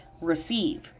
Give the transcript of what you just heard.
receive